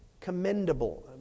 commendable